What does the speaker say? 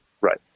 Right